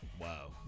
Wow